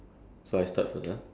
um you